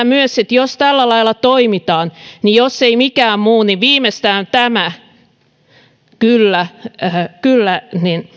myös että jos tällä lailla toimitaan niin jos ei mikään muu niin viimeistään tämä kyllä kyllä